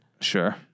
Sure